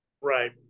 right